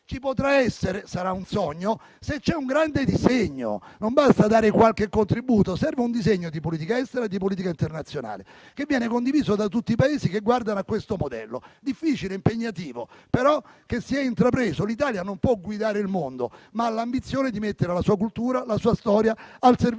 ci potrà essere - sarà un sogno - se c'è un grande disegno, non basta dare qualche contributo, serve un disegno di politica estera e di politica internazionale che venga condiviso da tutti i Paesi che guardano a questo modello difficile e impegnativo, che però si è intrapreso. L'Italia non può guidare il mondo, ma ha l'ambizione di mettere la sua cultura e la sua storia al servizio